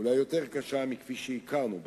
אולי יותר קשה מכפי שהכרנו בעבר.